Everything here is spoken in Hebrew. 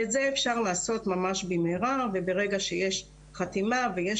ואת זה אפשר לעשות ממש במהרה וברגע שיש חתימה ויש